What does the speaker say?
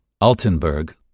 Altenburg